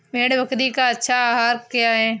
भेड़ बकरी का अच्छा आहार क्या है?